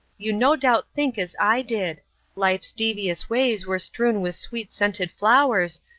you no doubt think as i did life's devious ways were strewn with sweet-scented flowers,